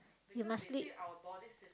you must sleep